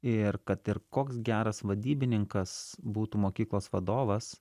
ir kad ir koks geras vadybininkas būtų mokyklos vadovas